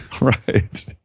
Right